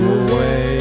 away